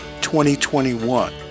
2021